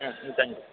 ஆ ம் தேங்க்யூ